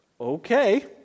Okay